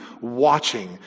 watching